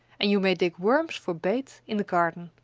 and you may dig worms for bait in the garden.